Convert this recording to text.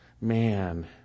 man